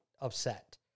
upset